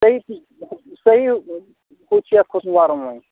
صحیح صحیح تیُٚتھ چھِ اَتھ کھوٚتمُت وَرَم وۄنۍ